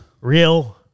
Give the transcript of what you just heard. real